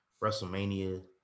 WrestleMania